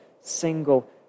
single